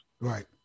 Right